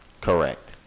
Correct